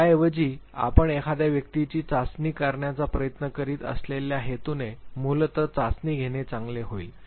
त्याऐवजी आपण एखाद्या व्यक्तीची चाचणी करण्याचा प्रयत्न करीत असलेल्या हेतूने मूलत चाचणी घेणे चांगले होईल